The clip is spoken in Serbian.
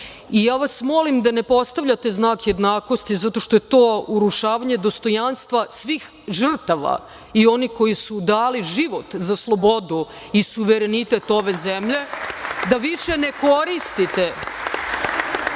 molim vas da ne postavljate znak jednakosti zato što je to urušavanje dostojanstva svih žrtava i onih koji su dali život za slobodu i suverenitet ove zemlje, da više ne koristite